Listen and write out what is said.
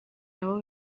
nabo